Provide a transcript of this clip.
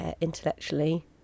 intellectually